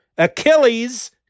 Achilles